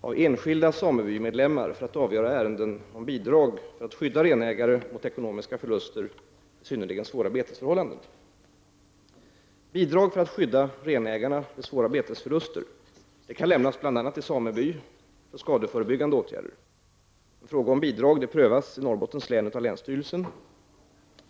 av enskilda samebymedlemmar för att avgöra ärenden om bidrag för att skydda renägare mot ekonomiska förluster vid synnerligen svåra betesförhållanden. Bidrag för att skydda renägarna vid svåra betesförluster kan lämnas bl.a. till sameby för skadeförebyggande åtgärder. Fråga om bidrag prövas i Norrbottens län av länsstyrelsen.